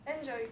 Enjoy